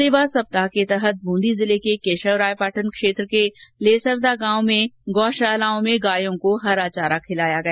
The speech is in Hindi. सेवा सप्ताह के तहत ब्रंदी जिले के केशवरायपाटन क्षेत्र में लेसरदा गांव में गौशालाओं में गायों को हरा चारा खिलाया गया